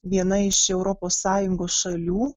viena iš europos sąjungos šalių